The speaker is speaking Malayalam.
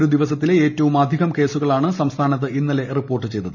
ഒരു ദിവസത്തിലെ ഏറ്റവും അധികം കേസുകളാണ് സംസ്ഥാനത്ത് ഇന്നലെ റിപ്പോർട്ട് ചെയ്തത്